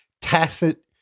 tacit